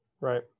Right